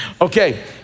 Okay